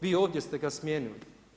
Vi ovdje ste ga smijenili.